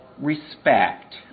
respect